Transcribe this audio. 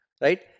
Right